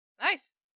Nice